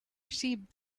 sheep